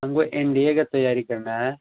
हमको NDA की तैयारी करनी है